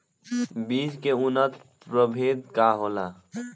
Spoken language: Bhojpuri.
बीज के उन्नत प्रभेद का होला?